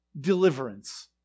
deliverance